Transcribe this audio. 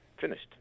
Finished